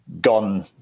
gone